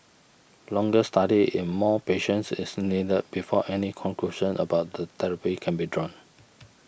longer study in more patients is needed before any conclusions about the therapy can be drawn